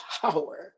power